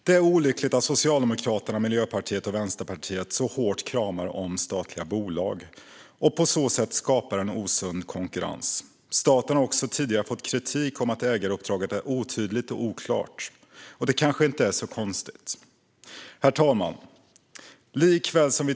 Det är olyckligt att Socialdemokraterna, Miljöpartiet och Vänsterpartiet så hårt kramar om statliga bolag och på så sätt skapar en osund konkurrens. Staten har också tidigare fått kritik för att ägaruppdraget är otydligt och oklart. Det kanske inte är så konstigt. Herr talman!